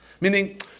Meaning